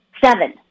Seven